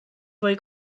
fwy